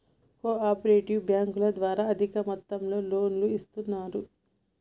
co operative బ్యాంకుల ద్వారా అధిక మొత్తంలో లోన్లను ఇస్తున్నరు